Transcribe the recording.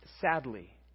sadly